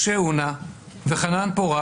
משה אונה וחנן פורת,